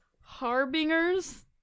harbingers